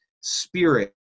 spirit